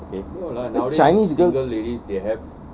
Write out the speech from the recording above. okay this chinese girl